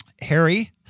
Harry